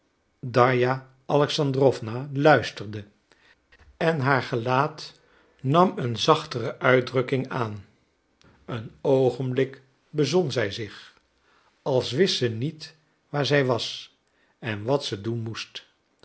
darja alexandrowna luisterde en haar gelaat nam een zachtere uitdrukking aan een oogenblik bezon zij zich als wist ze niet waar zij was en wat ze doen moest